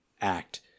act